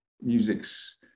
music's